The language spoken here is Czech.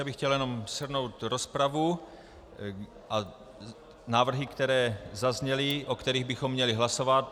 Já bych chtěl jenom shrnout rozpravu a návrhy, které zazněly, o kterých bychom měli hlasovat.